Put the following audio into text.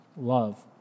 love